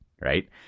right